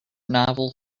novel